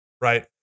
right